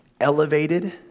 elevated